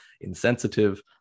insensitive